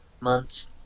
months